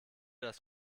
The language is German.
das